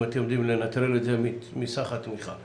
אם אתם יודעים לנטרל את זה מסך התמיכה.